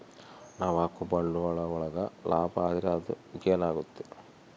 ನಾವ್ ಹಾಕೋ ಬಂಡವಾಳ ಒಳಗ ಲಾಭ ಆದ್ರೆ ಅದು ಗೇನ್ ಆಗುತ್ತೆ